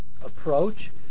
approach